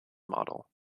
model